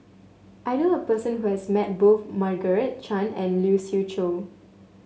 I knew a person who has met both Margaret Chan and Lee Siew Choh